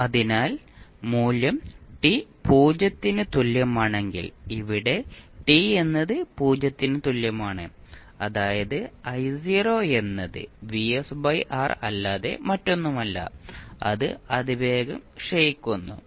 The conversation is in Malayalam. അതിനാൽ മൂല്യം t 0 ന് തുല്യമാണെങ്കിൽ ഇവിടെ t എന്നത് 0 ന് തുല്യമാണ് അതായത് എന്നത് അല്ലാതെ മറ്റൊന്നുമല്ല അത് അതിവേഗം ക്ഷയിക്കുന്നു